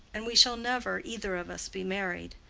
and we shall never, either of us, be married.